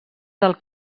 del